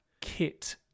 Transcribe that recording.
kit